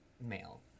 male